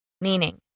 Meaning